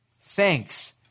thanks